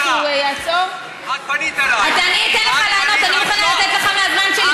בסם אללה א-רחמאן א-רחים.